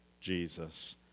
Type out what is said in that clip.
Jesus